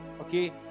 Okay